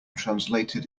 translated